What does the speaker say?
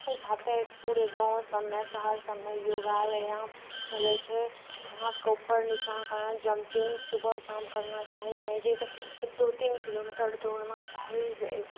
एहि खातिर पुरे गाँव सभमे शहर सभमे योगा व्यायाम चलै छै हाथके ऊपर नीचाँ करऽ जम्पिंग सुबह शाम करना चाही नहि होइ छै तऽ दू तीन किलोमीटर दौड़ना चाही